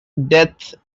death